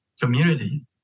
community